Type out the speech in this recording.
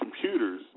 computers